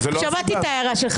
שמעתי את ההערה שלך.